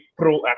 proactive